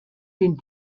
den